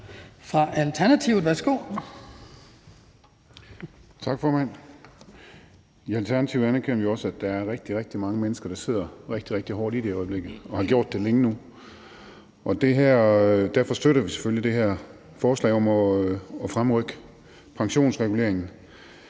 I Alternativet anerkender vi også, at der er rigtig, rigtig mange mennesker, der i øjeblikket sidder rigtig, rigtig hårdt i det og har gjort det længe nu. Derfor støtter vi selvfølgelig det her forslag om at fremrykke pensionsreguleringen,